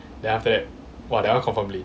then after that !wah! that one confirm play